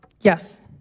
Yes